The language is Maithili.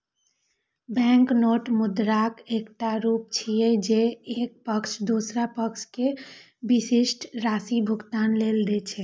बैंकनोट मुद्राक एकटा रूप छियै, जे एक पक्ष दोसर पक्ष कें विशिष्ट राशि भुगतान लेल दै छै